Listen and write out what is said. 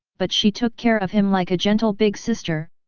but she took care of him like a gentle big sister,